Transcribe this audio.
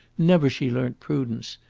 never she learnt prudence.